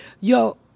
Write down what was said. yo